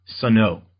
Sano